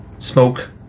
Smoke